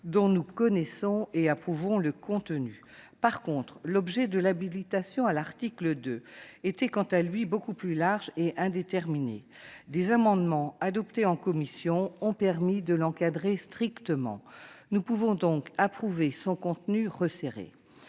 dont nous connaissons et approuvons le contenu. Le champ de l'habilitation prévu à l'article 2 est, en revanche, beaucoup plus large et indéterminé. Des amendements adoptés en commission ont permis de l'encadrer strictement. Nous pouvons donc approuver son contenu resserré.